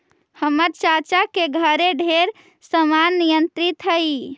हमर चाची के घरे ढेर समान निर्यातित हई